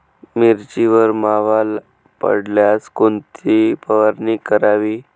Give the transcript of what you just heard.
मिरचीवर मावा पडल्यावर कोणती फवारणी करावी?